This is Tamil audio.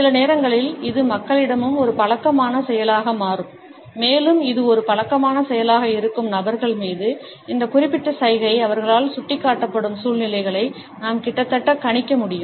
சில நேரங்களில் இது மக்களிடமும் ஒரு பழக்கமான செயலாக மாறும் மேலும் இது ஒரு பழக்கமான செயலாக இருக்கும் நபர்கள் மீது இந்த குறிப்பிட்ட சைகை அவர்களால் சுட்டிக்காட்டப்படும் சூழ்நிலைகளை நாம் கிட்டத்தட்ட கணிக்க முடியும்